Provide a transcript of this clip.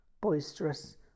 boisterous